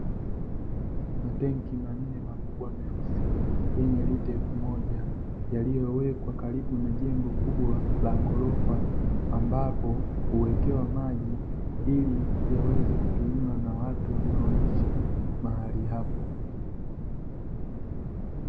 Matenki manne makubwa meusi, yenye lita elfu moja yaliyowekwa karibu na jengo kubwa la ghorofa, ambapo huwekewa maji ili yaweze kutumiwa na watu wanaoishi mahali hapo.